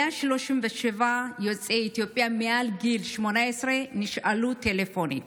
137 יוצאי אתיופיה מעל גיל 18 נשאלו טלפונית